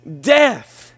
death